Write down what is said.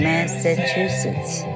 Massachusetts